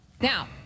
Now